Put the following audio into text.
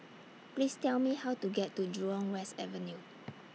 Please Tell Me How to get to Jurong West Avenue